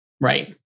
Right